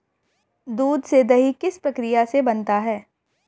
दूध से दही किस प्रक्रिया से बनता है?